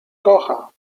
kocha